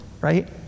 right